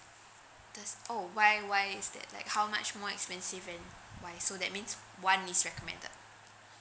does oh why why is that like how much more expensive and why so that means one is recommended